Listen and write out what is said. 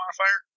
modifier